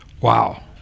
Wow